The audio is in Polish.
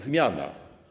Zmiana.